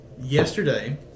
Yesterday